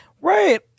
Right